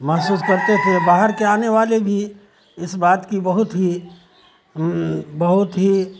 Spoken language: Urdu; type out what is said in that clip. محسوس کرتے تھے باہر کے آنے والے بھی اس بات کی بہت ہی بہت ہی